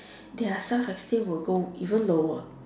their self esteem will go even lower